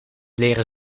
leren